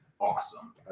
awesome